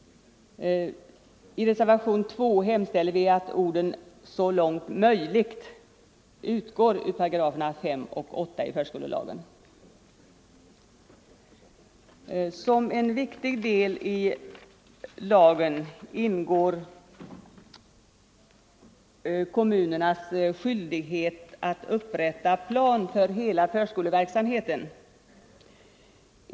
I reservationen 2 hemställer vi att orden ”så långt möjligt” utgår ur 5 och 8 §§ i förskolelagen. Som en viktig del i lagen ingår kommunernas skyldighet att upprätta plan för hela förskoleverksamheten.